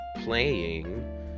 playing